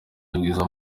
y’ubwiza